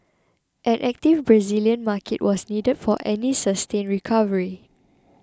an active Brazilian market was needed for any sustained recovery